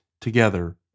together